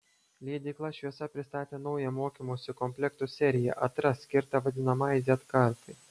leidykla šviesa pristatė naują mokymosi komplektų seriją atrask skirtą vadinamajai z kartai